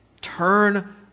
Turn